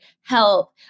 help